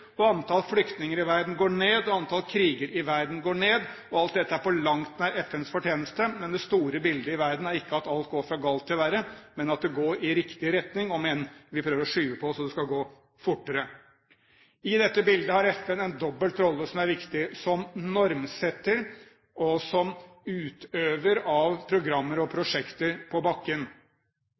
Antall flyktninger i verden går ned, og antall kriger i verden går ned. Alt dette er på langt nær FNs fortjeneste, men det store bildet i verden er ikke at alt går fra galt til verre, men at det går i riktig retning, om enn vi prøver å skyve på så det skal gå fortere. I dette bildet har FN en viktig dobbeltrolle, som normsetter og som utøver av programmer og prosjekter på bakken.